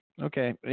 Okay